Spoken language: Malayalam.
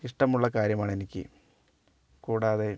ഇഷ്ടമുള്ളകാര്യമാണെനിക്ക് കൂടാതെ